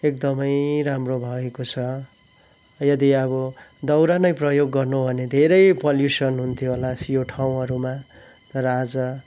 एकदमै राम्रो भएको छ यदि अब दाउरा नै प्रयोग गर्नु हो भने धेरै पल्युसन हुन्थ्यो होला यो ठाउँहरूमा तर आज